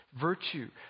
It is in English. virtue